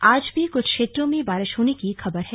आज भी कुछ क्षेत्रों में बारिश होने की खबर है